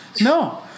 No